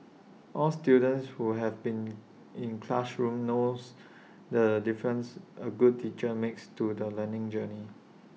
all students who have been in classrooms knows the difference A good teacher makes to the learning journey